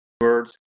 words